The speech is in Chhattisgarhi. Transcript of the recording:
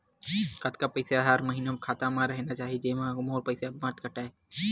कतका पईसा हर महीना खाता मा रहिना चाही जेमा मोर पईसा मत काटे?